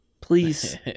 Please